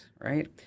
right